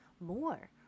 more